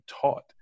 taught